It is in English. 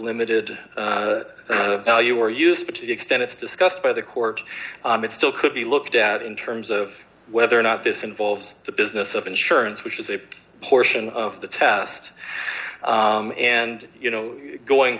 limited value or useful to the extent it's discussed by the court it still could be looked at in terms of whether or not this involves the business of insurance which is a portion of the test and you know going